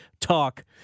talk